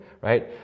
right